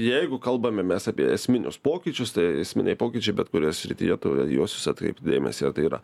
jeigu kalbame mes apie esminius pokyčius tai esminiai pokyčiai bet kurioj srityje tu į juosius atkreipi dėmesį ar tai yra